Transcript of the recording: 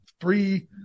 three